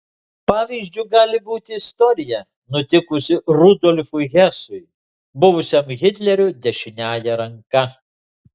pavyzdžiu gali būti istorija nutikusi rudolfui hesui buvusiam hitlerio dešiniąja ranka